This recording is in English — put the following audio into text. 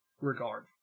regard